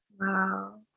wow